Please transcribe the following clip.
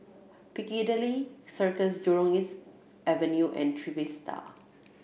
Piccadilly Circus Jurong East Avenue and Trevista